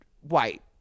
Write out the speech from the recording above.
white